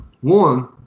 One